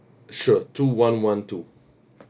sure two one one two